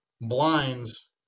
blinds